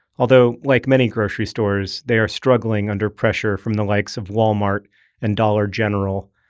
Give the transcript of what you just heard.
although like many grocery stores, they are struggling under pressure from the likes of wal-mart and dollar general,